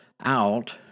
out